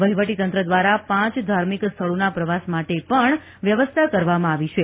વહીવટીતંત્ર દ્વારા પાંચ ધાર્મિક સ્થળોના પ્રવાસ માટે પણ વ્યવસ્થા કરવામાં આવી છે